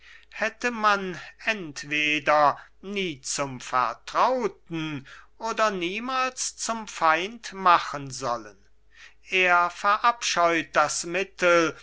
sie hätte man entweder nie zum vertrauten oder niemals zum feind machen sollen er verabscheut das mittel